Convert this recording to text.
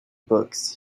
books